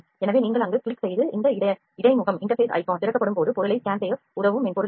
எனவே நீங்கள் அங்கு கிளிக் செய்து இந்த இடைமுகம் திறக்கப்படும் போது பொருளை ஸ்கேன் செய்ய உதவும் மென்பொருள் இது